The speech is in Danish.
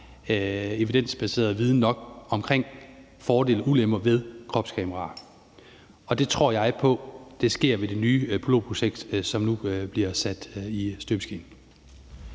evidensbaseret viden nok om fordele og ulemper ved kropskameraer. Og det tror jeg på vi får ved det nye pilotprojekt, som nu er i støbeskeen.